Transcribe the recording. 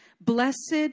Blessed